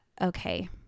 okay